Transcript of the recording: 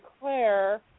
Claire